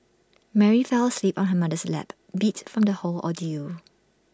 Mary fell asleep on her mother's lap beat from the whole ordeal